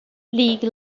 league